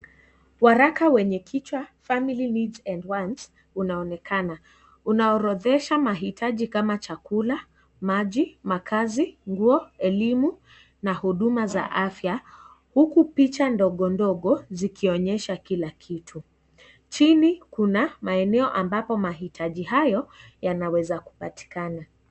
Waraka wenye kichwa, family needs and wants unaonekana unaorodhesha mahitaji kama chakula, maji, makaazi, nguo, elimu na huduma za afya huku picha ndogo ndogo zikionyesha kila kitu. Chini kuna maeno ambapo mahitaji hayo yanaweza kupatikana.